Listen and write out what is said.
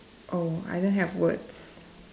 oh I don't have words